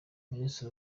minisitiri